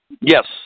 Yes